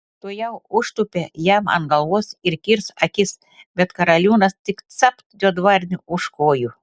tuojau užtūpė jam ant galvos ir kirs akis bet karaliūnas tik capt juodvarnį už kojų